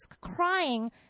crying